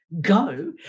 go